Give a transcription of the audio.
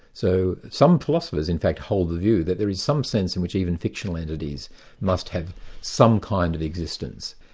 so, some philosophers in fact hold the view that there is some sense in which even fictional entities must have some kind of existence.